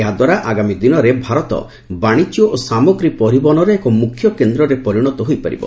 ଏହାଦ୍ୱାରା ଆଗାମୀ ଦିନରେ ଭାରତ ବାଶିଜ୍ୟ ଓ ସାମଗ୍ରୀ ପରିବହନର ଏକ ମୁଖ୍ୟ କେନ୍ଦ୍ରରେ ପରିଣତ ହୋଇପାରିବ